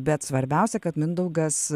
bet svarbiausia kad mindaugas